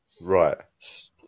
Right